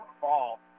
fall